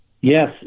Yes